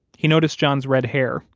he noticed john's red hair,